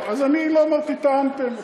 אז אני לא אמרתי: טענתם.